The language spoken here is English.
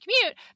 commute